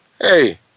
Hey